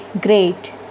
great